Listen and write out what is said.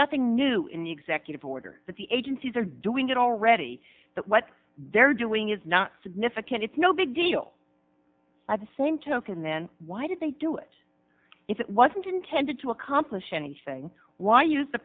nothing new in the executive order that the agencies are doing it already that what they're doing is not significant it's no big deal at the same token then why did they do it if it wasn't intended to accomplish anything why use the